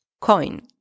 coin